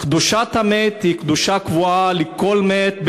קדושת המת היא קדושה קבועה לכל מת,